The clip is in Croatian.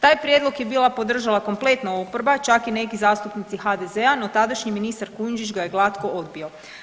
Taj prijedlog je bila podržala kompletna oporba čak i neki zastupnici HDZ-a no tadašnji ministar Kujundžić ga je glatko odbio.